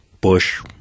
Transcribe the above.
Bush